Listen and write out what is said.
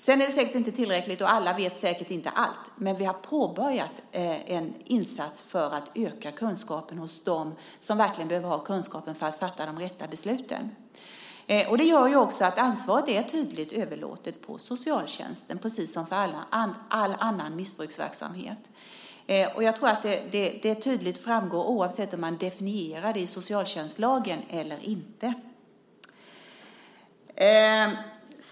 Det är säkert inte tillräckligt, och alla vet säkert inte allt. Men vi har påbörjat en insats för att öka kunskapen hos dem som verkligen behöver ha kunskap för att fatta de rätta besluten. Det gör också att ansvaret är tydligt överlåtet på socialtjänsten, precis som för all annan missbruksverksamhet. Jag tror att det tydligt framgår oavsett om man definierar det i socialtjänstlagen eller inte.